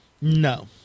No